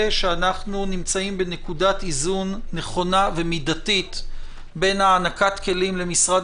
שאנחנו נמצאים בנקודת איזון נכונה ומידתית בין הענקת כלים למשרד